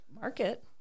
Market